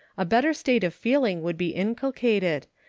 a better state of feeling would be inculcated,